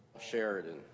Sheridan